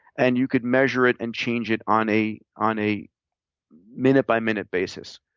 and you could measure it and change it on a on a minute-by-minute basis.